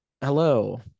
Hello